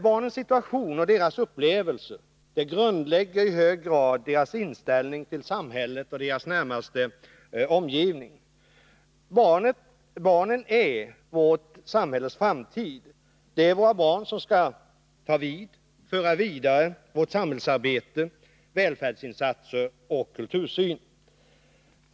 Barnens situation och deras upplevelser grundlägger i hög grad deras inställning till samhället och deras närmaste omgivning. Barnen är vårt samhälles framtid. Det är våra barn som skall ta vid och föra vidare vårt samhällsarbete, välfärdsinsatser och kultursyn.